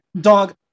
Dog